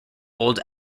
old